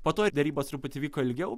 po to derybos truputį vyko ilgiau